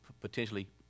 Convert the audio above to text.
potentially